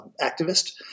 activist